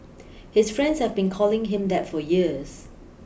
his friends have been calling him that for years